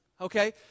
okay